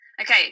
Okay